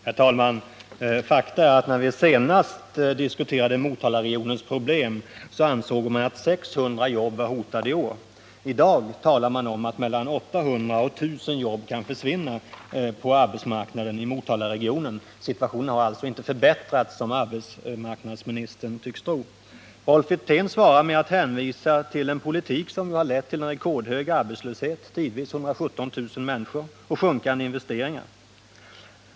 Herr talman! Fakta är att när vi senast diskuterade Motalaregionens problem ansåg man att 600 jobb var hotade i år, medan man i dag talar om att mellan 800 och 1 000 jobb kan försvinna på arbetsmarknaden i Motalaregionen. Situationen har alltså inte förbättrats, som arbetsmarknadsministern tycks tro. Rolf Wirtén svarar med att hänvisa till en politik som ju har lett till en rekordhög arbetslöshet — tidvis 117 000 arbetslösa — och sjunkande investeringar.